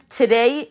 today